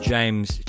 James